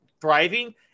thriving